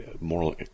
moral